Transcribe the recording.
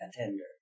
attender